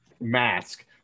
mask